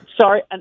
Sorry